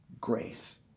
grace